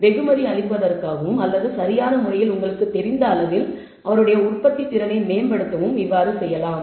வெகுமதி அளிப்பதற்காகவும் அல்லது சரியான முறையில் உங்களுக்குத் தெரிந்த அளவில் அவருடைய உற்பத்தி திறனை மேம்படுத்தவும் இவ்வாறு செய்யலாம்